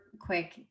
quick